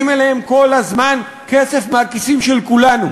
אליהן כל הזמן כסף מהכיסים של כולנו.